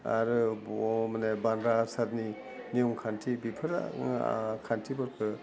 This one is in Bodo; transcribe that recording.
आरो माने बांगा आसारनि नेमखान्थि बिफोरो खान्थिफोरखौ